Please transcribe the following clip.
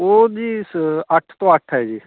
ਉਹ ਜੀ ਅੱਠ ਤੋਂ ਅੱਠ ਹੈ ਜੀ